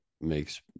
makes